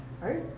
right